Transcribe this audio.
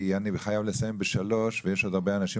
כי אני חייב לסיים בשלוש ויש עוד הרבה אנשים,